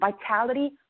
vitality